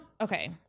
okay